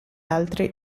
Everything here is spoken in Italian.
altri